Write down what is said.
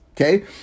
okay